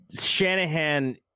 Shanahan